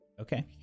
Okay